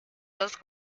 dos